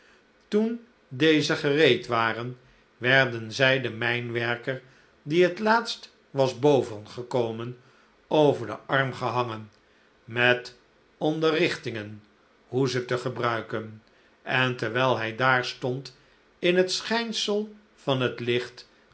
toen deze gereed waren werden zij den mijnwerker die het laatst was boyengekomen over den arm gehangen met onderrichtingen hoe ze te gebruiken en terwijl hij daar stond in het schijnsel van het licht